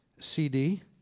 CD